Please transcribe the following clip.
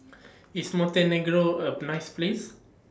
IS Montenegro A Boo nice Place